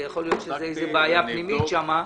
וכי יכול להיות שזאת בעיה פנימית שם,